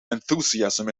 enthusiasm